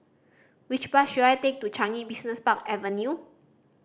which bus should I take to Changi Business Park Avenue